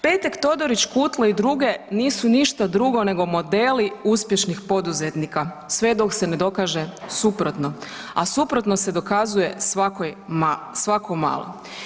Petek, Todorić, Kutle i druge nisu ništa drugo nego modeli uspješnih poduzetnika sve dok se ne dokaže suprotno, a suprotno se dokazuje svako malo.